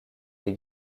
les